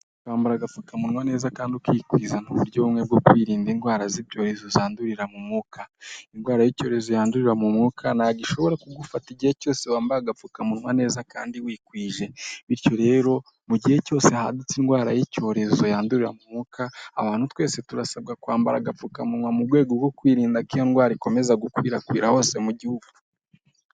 Kwambara agapfukamunwa neza kandi ukikwiza nk'ryo bumwe bwo kwirinda indwara z'ibyorezo zandurira mu mwuka indwara y'icyorezo yandurira, mu mwuka nta gishobora kugufata igihe cyose wambaye agapfukamunwa neza kandi wikwije bityo rero mu gihe cyose hadutse indwara y'icyorezo yandurira mwuka abantu twese turasabwa kwambara agapfukamunwa mu rwego rwo kwirinda ko iyo ndwara ikomeza gukwirakwira hose mu gihugu.